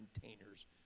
containers